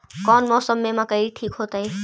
कौन मौसम में मकई ठिक होतइ?